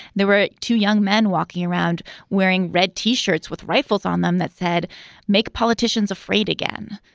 there were two young men walking around wearing red t-shirts with rifles on them that said make politicians afraid again.